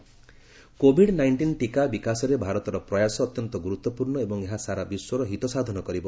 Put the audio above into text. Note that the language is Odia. କୋଭିଡ୍ ଭାକ୍ସିନ୍ କୋଭିଡ୍ ନାଇଷ୍ଟିନ୍ ଟୀକା ବିକାଶରେ ଭାରତର ପ୍ରୟାସ ଅତ୍ୟନ୍ତ ଗୁର୍ତ୍ୱପୂର୍ଣ୍ଣ ଏବଂ ଏହା ସାରା ବିଶ୍ୱର ହିତସାଧନ କରିବ